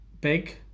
big